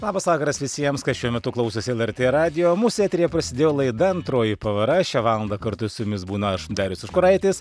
labas vakaras visiems kas šiuo metu klausosi lrt radijo mūsų eteryje prasidėjo laida antroji pavara šią valandą kartu su jumis būnu aš darius užkuraitis